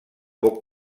poc